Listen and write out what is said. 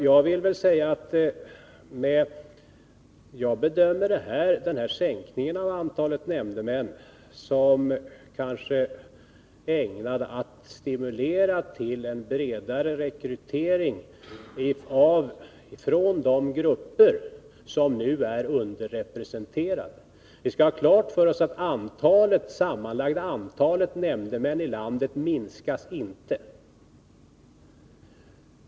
Jag bedömer sänkningen av antalet nämndemän som ägnad att stimulera till en bredare rekrytering från de grupper som nu är underrepresenterade. Vi skall ha klart för oss att det sammanlagda antalet nämndemän i landet inte skall minskas.